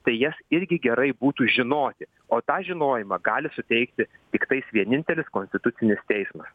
tai jas irgi gerai būtų žinoti o tą žinojimą gali suteikti tiktais vienintelis konstitucinis teismas